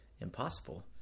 impossible